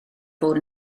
fod